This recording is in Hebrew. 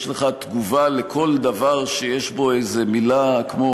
יש לך תגובה על כל דבר שיש בו איזו מילה כמו,